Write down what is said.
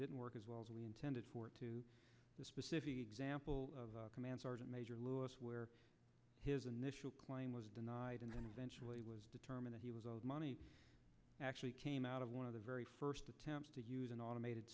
didn't work as well as we intended for to the specific example of command sergeant major lewis where his initial claim was denied and then eventually was determined he was owed money actually came out of one of the very first attempts to use an automated